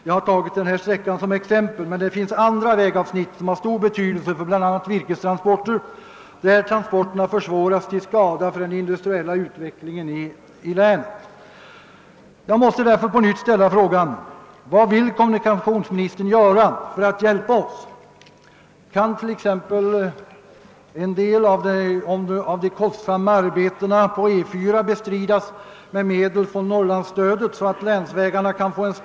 Jag har tagit denna sträcka som exempel, men det finns andra vägavsnitt som har stor betydelse för bl.a. virkestransporter, vilka försvåras till skada för den industriella utvecklingen i länet.